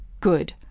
good